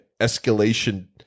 escalation